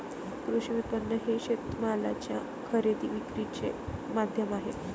कृषी विपणन हे शेतमालाच्या खरेदी विक्रीचे माध्यम आहे